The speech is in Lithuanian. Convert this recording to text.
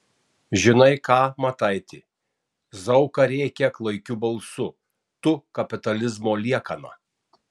žinai ką mataiti zauka rėkia klaikiu balsu tu kapitalizmo liekana